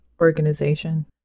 organization